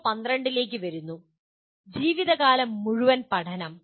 PO12 ലേക്ക് വരുന്നു ജീവിതകാലം മുഴുവൻ പഠനം